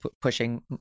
pushing